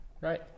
Right